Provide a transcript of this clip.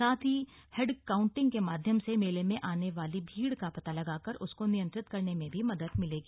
साथ ही head counting के माध्यम से मेले में आने वाली भीड़ का पता लगाकर उसको नियंत्रित करने में भी मदद मिलेगी